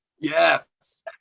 Yes